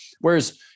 Whereas